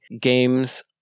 games